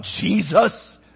Jesus